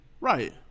Right